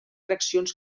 reaccions